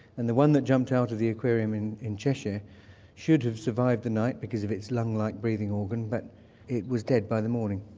and the one that jumped out of the aquarium in in cheshire should've survived the night because of its lung-like breathing organ, but it was dead by the morning.